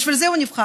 בשביל זה הוא נבחר.